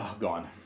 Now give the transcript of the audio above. gone